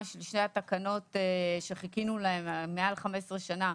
של שתי התקנות שחיכינו להן מעל 15 שנה,